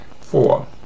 four